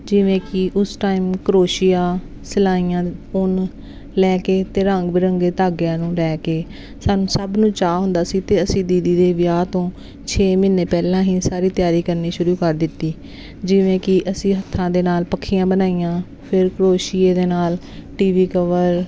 ਜਿਵੇਂ ਕਿ ਉਸ ਟਾਈਮ ਕਰੋਸ਼ੀਆ ਸਿਲਾਈਆਂ ਉੱਨ ਲੈ ਕੇ ਅਤੇ ਰੰਗ ਬਿਰੰਗੇ ਧਾਗਿਆਂ ਨੂੰ ਲੈ ਕੇ ਸਾਨੂੰ ਸਭ ਨੂੰ ਚਾਅ ਹੁੰਦਾ ਸੀ ਅਤੇ ਅਸੀਂ ਦੀਦੀ ਦੇ ਵਿਆਹ ਤੋਂ ਛੇ ਮਹੀਨੇ ਪਹਿਲਾਂ ਹੀ ਸਾਰੀ ਤਿਆਰੀ ਕਰਨੀ ਸ਼ੁਰੂ ਕਰ ਦਿੱਤੀ ਜਿਵੇਂ ਕਿ ਅਸੀਂ ਹੱਥਾਂ ਦੇ ਨਾਲ ਪੱਖੀਆਂ ਬਣਾਈਆਂ ਫਿਰ ਕਰੋਸ਼ੀਏ ਦੇ ਨਾਲ ਟੀਵੀ ਕਵਰ